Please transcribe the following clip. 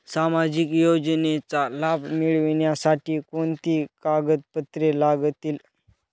सामाजिक योजनेचा लाभ मिळण्यासाठी कोणती कागदपत्रे लागतील?